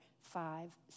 five